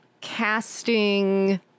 casting